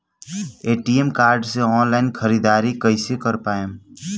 ATM card से online ख़रीदारी कइसे कर पाएम?